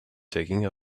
taking